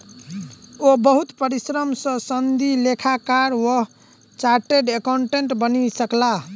ओ बहुत परिश्रम सॅ सनदी लेखाकार वा चार्टर्ड अकाउंटेंट बनि सकला